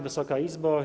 Wysoka Izbo!